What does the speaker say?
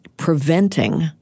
preventing